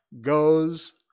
goes